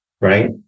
right